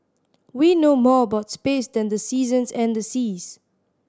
we know more about space than the seasons and the seas